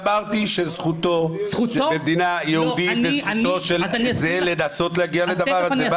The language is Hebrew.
אמרתי שזכותו של אדם במדינה יהודית לנסות להגיע לדבר הזה.